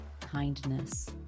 kindness